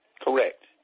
Correct